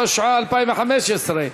התשע"ה 2015,